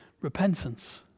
repentance